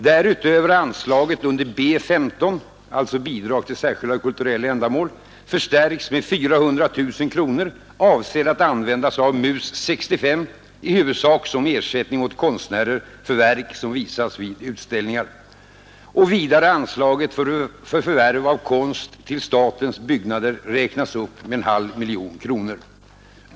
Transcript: Därutöver har anslaget under B 15, Bidrag till särskilda kulturella ändamål, förstärkts med 400 000 kronor, avsedda att användas av Mus 65 i huvudsak som ersättning åt konstnärer för verk som visas vid utställningar. Och vidare har anslaget för förvärv av konst till statens byggnader räknats upp med 0,5 miljoner kronor.